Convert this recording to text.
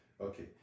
Okay